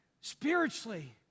spiritually